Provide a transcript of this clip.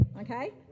okay